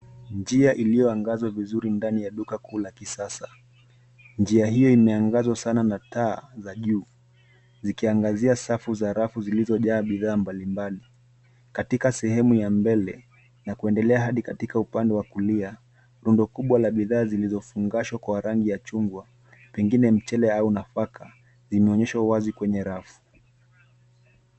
Njia iliyoangazwa vizuri ndani ya duka kuu la kisasa. Njia hiyo imeangazwa sana na taa za juu zikiangazia safu za rafu zilizojaa bidhaa mbalimbali. Katika sehemu ya mbele na kuendelea hadi katika upande wa kulia rundo kubwa la bidhaa zilizofungashwa kwa rangi chungwa, pengine mchele au nafaka zimeonyeshwa wazi kwenye rafu.